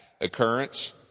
occurrence